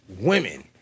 women